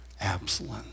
Absalom